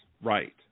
right